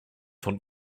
von